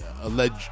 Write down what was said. alleged